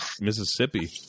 Mississippi